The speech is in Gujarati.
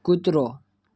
કૂતરો